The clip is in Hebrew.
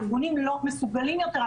הארגונים לא מסוגלים יותר.